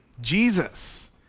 Jesus